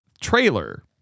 trailer